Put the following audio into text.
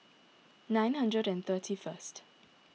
nine hundred and thirty first